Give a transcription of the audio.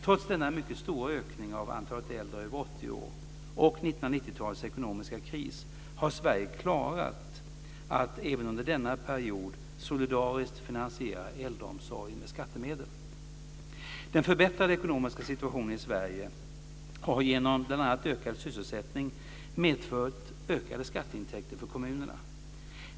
Trots denna mycket stora ökning av antalet äldre över 80 år och 1990-talets ekonomiska kris har Sverige klarat att även under denna period solidariskt finansiera äldreomsorgen med skattemedel. Den förbättrade ekonomiska situationen i Sverige har genom bl.a. ökad sysselsättning medfört ökade skatteintäkter för kommunerna.